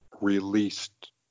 released